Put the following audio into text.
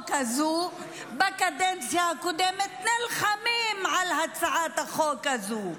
הזו בקדנציה הקודמת נלחמים על הצעת החוק הזו.